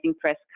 press